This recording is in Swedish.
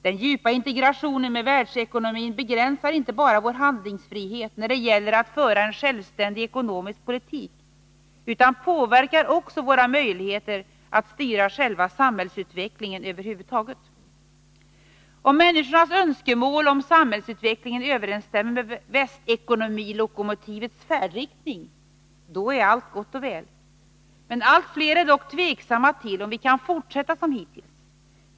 Den djupa integrationen med världs ekonomin begränsar inte bara vår handlingsfrihet när det gäller att föra en självsländig ekonomisk politik, utan den påverkar också våra möjligheter att själva styra samhällsutvecklingen över huvud taget. Om människornas önskemål om samhällsutvecklingen överensstämmer med västekonomilokomotivets färdriktning är allt gott och väl. Allt fler är dock tveksamma till om vi kan fortsätta som hittills.